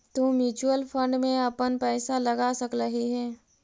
तु mutual fund में अपन पईसा लगा सकलहीं हे